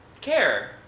care